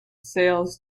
sails